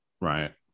Right